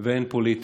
והן פוליטיים.